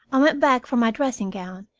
i went back for my dressing-gown,